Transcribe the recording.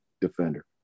defender